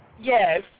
Yes